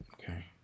Okay